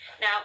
Now